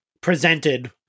presented